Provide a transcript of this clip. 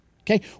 Okay